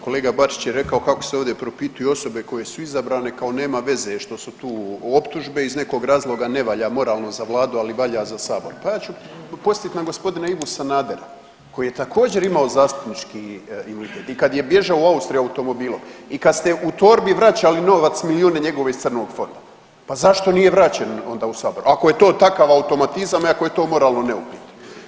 Kolega Bačić je rekao kako se ovdje propituju osobe koje su izabrane kao nema veze što su tu optužbe, iz nekog razloga ne valja moralno za vladu, ali valja za sabor, pa ja ću posjetit na g. Ivu Sanadera koji je također imao zastupnički imunitet i kad je bježao u Austriju automobilom i kad ste u torbi vraćali novac milijune njegove iz crnog fonda, pa zašto nije vraćen onda u sabor ako je to takav automatizam i ako je to moralno neupitno.